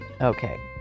okay